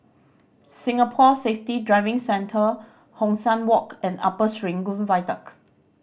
Singapore Safety Driving Centre Hong San Walk and Upper Serangoon Viaduct